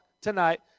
tonight